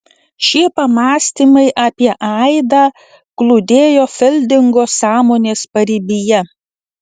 šie pamąstymai apie aidą glūdėjo fildingo sąmonės paribyje